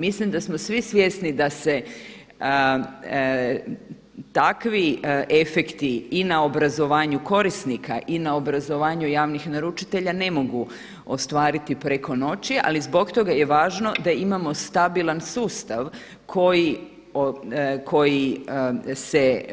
Mislim da smo svi svjesni da se takvi efekti i na obrazovanju korisnika i na obrazovanju javnih naručitelja ne mogu ostvariti preko noći ali zbog toga je važno da imamo stabilan sustav koji se